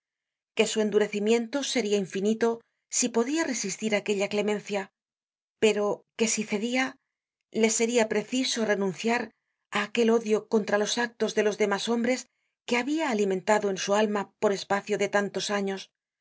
que su endurecimiento seria infinito si podia resistir aquella clemencia pero que si cedia le seria preciso renunciar i aquel odio contra los actos de los demás hombres que habia alimentado en su alma por espacio de tantos años